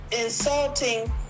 insulting